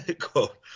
Quote